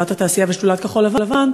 שדולת התעשייה ושדולת כחול-לבן,